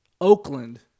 Oakland